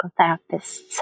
therapists